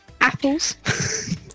Apples